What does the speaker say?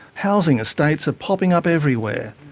housing estates are popping up everywhere.